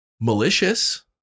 malicious